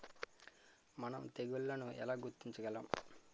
మనం తెగుళ్లను ఎలా గుర్తించగలం?